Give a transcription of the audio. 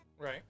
Right